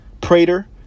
Prater